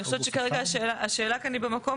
אני חושבת שכרגע השאלה כאן היא במקום,